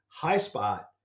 Highspot